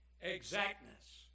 exactness